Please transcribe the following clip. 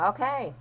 Okay